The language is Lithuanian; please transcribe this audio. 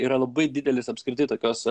yra labai didelis apskritai tokios